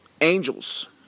Angels